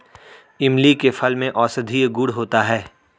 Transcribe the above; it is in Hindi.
इमली के फल में औषधीय गुण होता है